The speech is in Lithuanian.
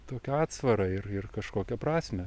tokią atsvarą ir ir kažkokią prasmę